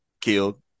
killed